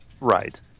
right